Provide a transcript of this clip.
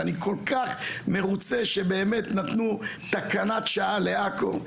ואני כל כך מרוצה שבאמת נתנו תקנת שעה לעכו,